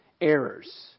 errors